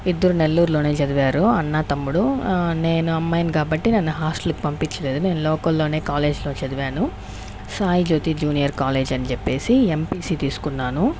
ఇద్దరు నెల్లూరులోని చదివారు అన్న తమ్ముడు నేను అమ్మాయిని కాబట్టి నన్ను హాస్టల్కి పంపించలేదు నేను లోకల్లోనే కాలేజీలో చదివాను సాయి జ్యోతి జూనియర్ కాలేజ్ అని చెప్పేసి ఎంపీసీ తీసుకున్నాను